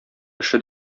эше